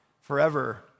forever